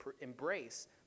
embrace